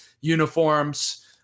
uniforms